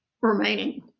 remaining